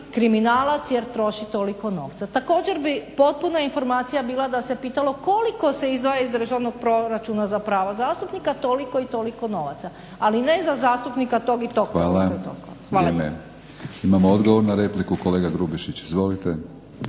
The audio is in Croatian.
kriminalac jer troši toliko novca. Također bi potpuna informacija bila da se pitalo koliko se izdvaja iz državnog proračuna za pravo zastupnika? Toliko i toliko novaca. Ali ne za zastupnika tog i tog. Hvala. **Batinić, Milorad (HNS)** Hvala. Imamo odgovor na repliku, kolega Grubišić. Izvolite.